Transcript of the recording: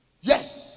Yes